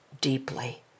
deeply